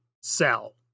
sell